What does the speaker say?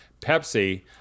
Pepsi